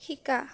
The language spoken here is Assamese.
শিকা